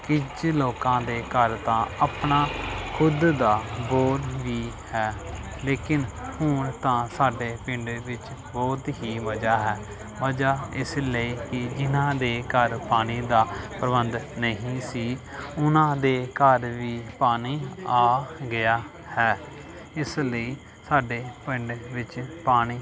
ਕੁਝ ਲੋਕਾਂ ਦੇ ਘਰ ਤਾਂ ਆਪਣਾ ਖੁਦ ਦਾ ਬੋਰ ਵੀ ਹੈ ਲੇਕਿਨ ਹੁਣ ਤਾਂ ਸਾਡੇ ਪਿੰਡ ਵਿੱਚ ਬਹੁਤ ਹੀ ਮਜ਼ਾ ਹੈ ਮਜ਼ਾ ਇਸ ਲਈ ਕਿ ਜਿਹਨਾਂ ਦੇ ਘਰ ਪਾਣੀ ਦਾ ਪ੍ਰਬੰਧ ਨਹੀਂ ਸੀ ਉਹਨਾਂ ਦੇ ਘਰ ਵੀ ਪਾਣੀ ਆ ਗਿਆ ਹੈ ਇਸ ਲਈ ਸਾਡੇ ਪਿੰਡ ਵਿੱਚ ਪਾਣੀ